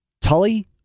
Tully